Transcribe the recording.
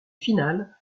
finales